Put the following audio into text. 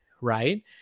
right